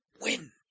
Win